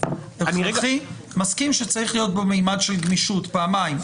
אני מסכים שצריך להיות בו ממד של גמישות, פעמים.